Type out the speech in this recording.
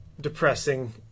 depressing